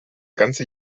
ganze